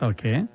Okay